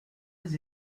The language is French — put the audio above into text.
des